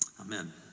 Amen